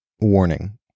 Warning